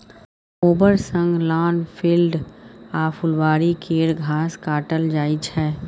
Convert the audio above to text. mower सँ lawn, field आ फुलबारी केर घास काटल जाइ छै